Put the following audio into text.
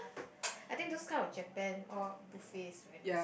I think those kind of Japan all buffets right